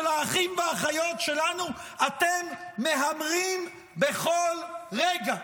האחים והאחיות שלנו אתם מהמרים בכל רגע.